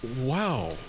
Wow